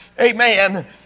Amen